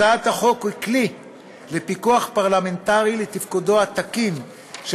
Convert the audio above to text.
הצעת החוק היא כלי לפיקוח פרלמנטרי לתפקודו התקין של